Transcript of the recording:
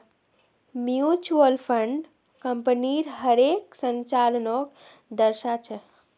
mutual fund कम्पनीर हर एक संचालनक दर्शा छेक